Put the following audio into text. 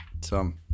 Tom